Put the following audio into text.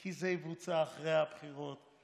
כי זה יבוצע אחרי הבחירות.